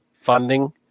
funding